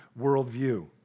worldview